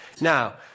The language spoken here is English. Now